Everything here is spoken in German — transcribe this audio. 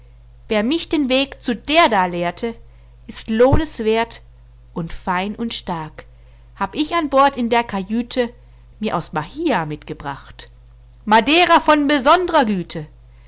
wer mich den weg zu der da lehrte ist lohnes werth und fein und stark hab ich an bord in der kajüte mir aus bahia mitgebracht madeira von besondrer güte